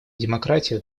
демократию